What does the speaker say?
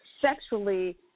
sexually